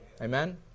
Amen